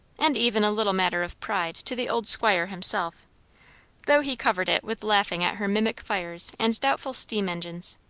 and even a little matter of pride to the old squire himself though he covered it with laughing at her mimic fires and doubtful steam engines.